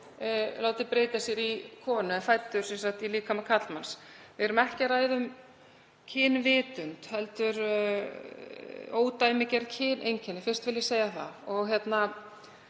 látið breyta sér í konu en er fæddur í líkama karlmanns. Við erum ekki að ræða um kynvitund heldur ódæmigerð kyneinkenni. Fyrst vil ég segja það.